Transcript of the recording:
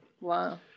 Wow